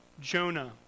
Jonah